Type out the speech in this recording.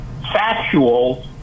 factual